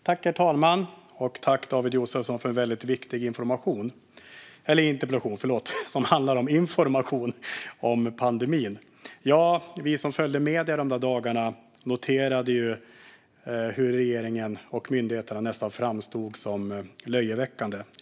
Herr talman! Tack, David Josefsson, för en viktig interpellation som handlar om information om pandemin! Ja, vi som följde medierna de där dagarna noterade att regeringen och myndigheterna framstod som nästan löjeväckande.